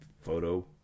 photo